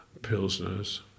pilsners